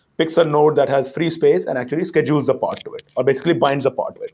picks a node that has free space and actually schedules a pod to it, or basically binds a pod to it.